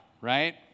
right